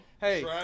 hey